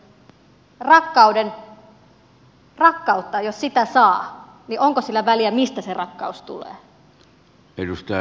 jos rakkautta saa niin onko sillä väliä mistä se rakkaus tulee